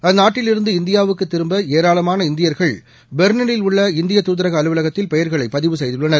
அந்நாட்டில் இருந்து இந்தியாவுக்குதிரும்பஏராளமான இந்தியர்கள் பெர்லினில் உள்ள இந்திய தூதரக அலுவலகத்தில் பெயர்களைபதிவு செய்துள்ளனர்